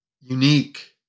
unique